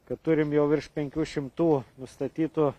kad turim jau virš penkių šimtų nustatytų